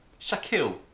Shaquille